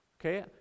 Okay